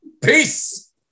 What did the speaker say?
Peace